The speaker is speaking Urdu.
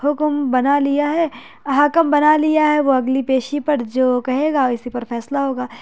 حکم بنا لیا ہے حاکم بنا لیا ہے وہ اگلی پیشی پر جو کہے گا اسی پر فیصلہ ہوگا